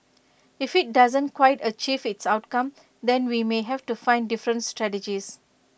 if IT doesn't quite achieve its outcome then we may have to find different strategies